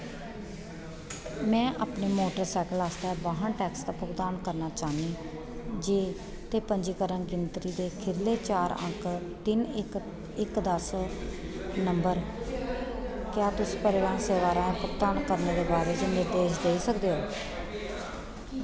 में अपने मोटरसैकल आस्तै वाहन टैक्स दा भुगतान करना चाह्न्नी जे ते पंजीकरण गिनतरी दे खीरले चार अंक तिन इक इक दस नंबर क्या तुस परिवहन सेवा राहें भुगतान करने दे बारे च निर्देश देई सकदे ओ